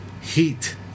heat